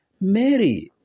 Mary